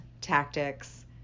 tactics